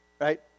Right